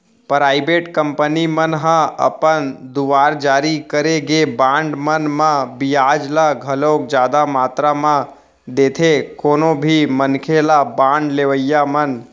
private company मन ह अपन दुवार जारी करे गे बांड मन म बियाज ल घलोक जादा मातरा म देथे कोनो भी मनखे ल बांड लेवई म